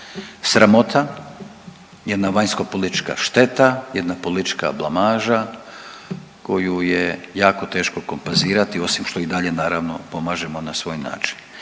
sramota, jedna vanjskopolitička šteta, jedna politička blamaža koju je jako teško kompozirati osim što i dalje naravno pomažemo na svoj način.